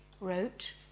wrote